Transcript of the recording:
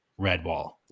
Redwall